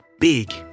big